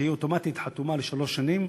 שהיא אוטומטית חתומה לשלוש שנים.